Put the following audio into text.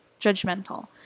judgmental